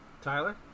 Tyler